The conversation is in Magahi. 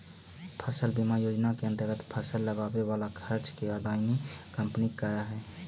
फसल बीमा योजना के अंतर्गत फसल लगावे वाला खर्च के अदायगी कंपनी करऽ हई